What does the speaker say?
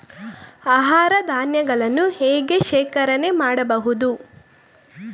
ಆಹಾರ ಧಾನ್ಯಗಳನ್ನು ಹೇಗೆ ಶೇಖರಣೆ ಮಾಡಬಹುದು?